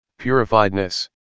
purifiedness